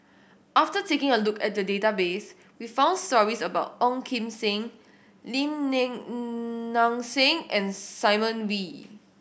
after taking a look at the database we found stories about Ong Kim Seng Lim Nang Seng and Simon Wee